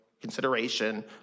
consideration